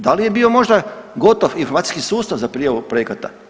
Da li je bio možda gotov informacijski sustav za prijavu projekta?